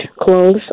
clothes